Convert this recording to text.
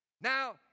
Now